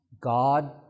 God